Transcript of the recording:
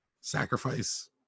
sacrifice